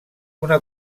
una